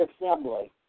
assembly